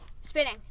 Spinning